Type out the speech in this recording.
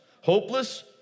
hopeless